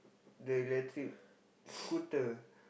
the electric scooter